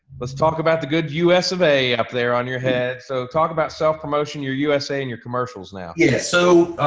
let's talk about the good usa survey up there on your head. so talk about self promotion you're usa in your commercials now. yeah, so